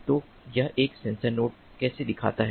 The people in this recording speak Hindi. तो यह एक सेंसर नोड कैसे दिखता है